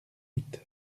huit